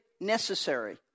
necessary